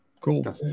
Cool